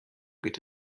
geht